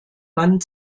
mann